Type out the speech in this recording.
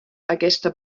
aquesta